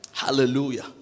Hallelujah